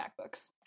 MacBooks